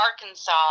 Arkansas